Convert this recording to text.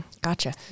Gotcha